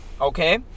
Okay